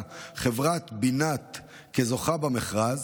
עוד אמר אותו מי שאמר: "בשנת 2011 הוכרזה חברת בינת כזוכה במכרז,